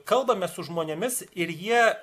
kalbame su žmonėmis ir jie